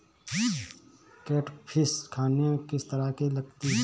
Catfish खाने में किस तरह की लगती है?